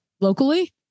locally